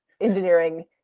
engineering